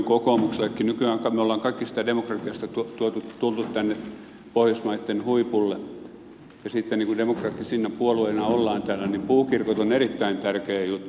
nykyään me olemme kaikki sieltä demokratiasta tulleet tänne pohjoismaitten huipulle ja sitten niin kuin demokraattisina puolueina ollaan täällä niin puukirkot ovat erittäin tärkeä juttu